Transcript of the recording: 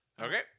okay